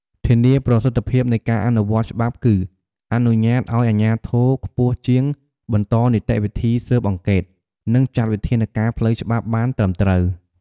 ធានាប្រសិទ្ធភាពនៃការអនុវត្តច្បាប់គឺ អនុញ្ញាតឱ្យអាជ្ញាធរខ្ពស់ជាងបន្តនីតិវិធីស៊ើបអង្កេត និងចាត់វិធានការផ្លូវច្បាប់បានត្រឹមត្រូវ។